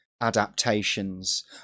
adaptations